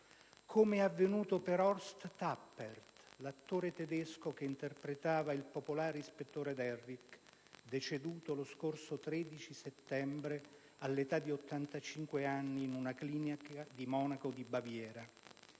Come è avvenuto per Horst Tappert, l'attore tedesco che interpretava il popolare ispettore Derrick, deceduto lo scorso 13 settembre all'età di 85 anni in una clinica di Monaco di Baviera